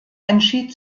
entschied